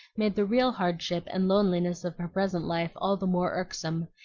made the real hardship and loneliness of her present life all the more irksome,